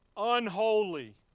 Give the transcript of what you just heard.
Unholy